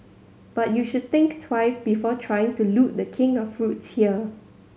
but you should think twice before trying to loot The King of fruits here